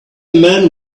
man